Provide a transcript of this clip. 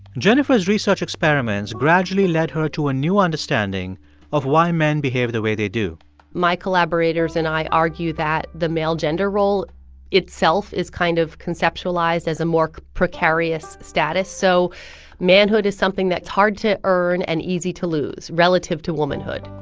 jennifer's research experiments gradually led her to a new understanding of why men behave the way they do my collaborators and i argue that the male gender role itself is kind of conceptualized as a more precarious status. so manhood is something that's hard to earn and easy to lose relative to womanhood